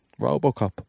Robocop